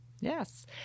Yes